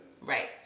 Right